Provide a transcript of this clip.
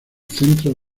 centro